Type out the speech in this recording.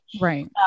Right